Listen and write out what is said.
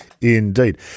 Indeed